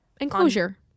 Enclosure